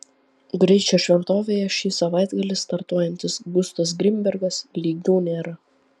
greičio šventovėje ši savaitgalį startuojantis gustas grinbergas lygių nėra